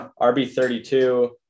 RB32